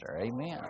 Amen